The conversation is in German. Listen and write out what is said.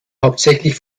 hauptsächlich